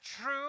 true